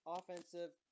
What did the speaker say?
Offensive